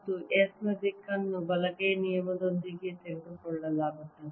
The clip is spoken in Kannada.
ಮತ್ತು s ನ ದಿಕ್ಕನ್ನು ಬಲಗೈ ನಿಯಮದೊಂದಿಗೆ ತೆಗೆದುಕೊಳ್ಳಲಾಗುತ್ತದೆ